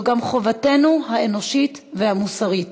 זו גם חובתנו האנושית והמוסרית.